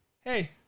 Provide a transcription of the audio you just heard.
hey